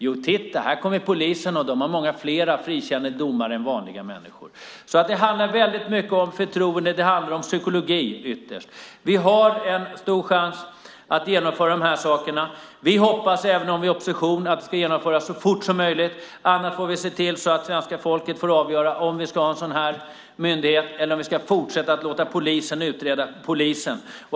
Jo, man säger: Titta, polisen har många fler frikännande domar än vad gäller vanliga människor. Det handlar mycket om förtroende. Det handlar ytterst om psykologi. Vi har en stor chans att få en ändring. Vi hoppas, även om vi är i opposition, att förslaget ska genomföras så fort som möjligt. Annars får vi se till att svenska folket ska få avgöra om vi ska ha en sådan här myndighet eller om vi ska fortsätta att låta polisen utreda polisen.